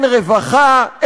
אין רווחה,